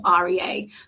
REA